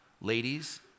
ladies